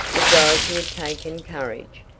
but dorothy had taken courage.